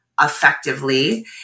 effectively